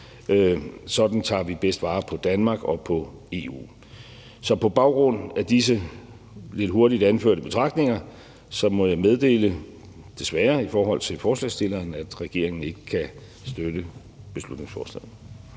Sådan tager vi bedst vare på Danmark og på EU. Så på baggrund af disse lidt hurtigt anførte betragtninger må jeg meddele, desværre for ordføreren for forslagsstillerne, at regeringen ikke kan støtte beslutningsforslaget.